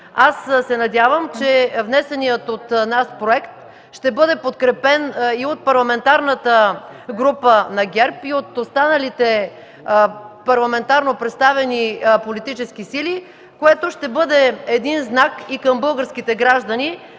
Аз се надявам, че внесеният от нас проект ще бъде подкрепен и от Парламентарната група на ГЕРБ, и от останалите парламентарно представени политически сили, което ще бъде знак и към българските граждани,